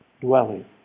dwelling